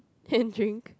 and drink